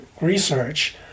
research